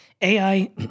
AI